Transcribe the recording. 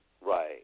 Right